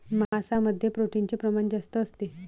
मांसामध्ये प्रोटीनचे प्रमाण जास्त असते